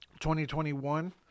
2021